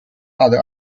other